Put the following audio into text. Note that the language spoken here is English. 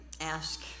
ask